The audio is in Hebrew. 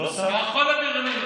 כאחרון הבריונים,